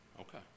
Okay